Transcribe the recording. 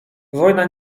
wojna